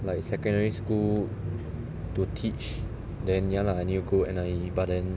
like secondary school to teach then ya lah I need to go N_I_E but then